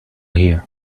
here